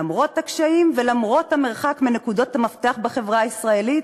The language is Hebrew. למרות הקשיים ולמרות המרחק מנקודות המפתח בחברה הישראלית,